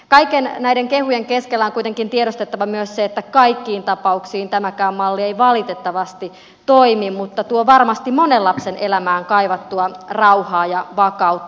kaikkien näiden kehujen keskellä on kuitenkin tiedostettava myös se että kaikkiin tapauksiin tämäkään malli ei valitettavasti toimi mutta tuo varmasti monen lapsen elämään kaivattua rauhaa ja vakautta